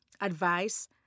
advice